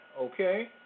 okay